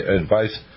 advice